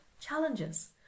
challenges